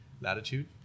latitude